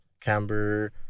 Camber